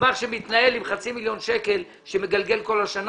גמ"ח שמתנהל עם חצי מיליון שקלים אותם הוא מגלגל כל השנה,